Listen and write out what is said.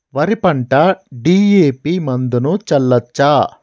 వరి పంట డి.ఎ.పి మందును చల్లచ్చా?